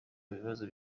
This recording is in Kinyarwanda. bibazo